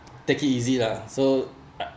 take it easy lah so